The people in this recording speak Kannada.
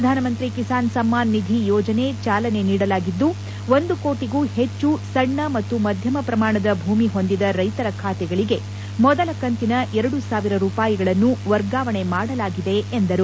ಪ್ರಧಾನಮಂತ್ರಿ ಕಿಸಾನ್ ಸಮ್ಸಾನ್ ನಿಧಿ ಯೋಜನೆ ಚಾಲನೆ ನೀಡಿದ್ದು ಒಂದು ಕೋಟಗೂ ಹೆಚ್ಚು ಸಣ್ಣ ಮತ್ತು ಮಧ್ಯಮ ಪ್ರಮಾಣದ ಭೂಮಿ ಹೊಂದಿದ ರೈತರ ಖಾತೆಗಳಿಗೆ ಮೊದಲ ಕಂತಿನ ಎರಡು ಸಾವಿರ ರೂಪಾಯಿಗಳನ್ನು ವರ್ಗಾವಣೆ ಮಾಡಲಾಗಿದೆ ಎಂದರು